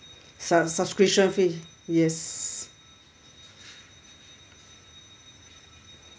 sub~ subscription fee yes